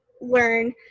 learn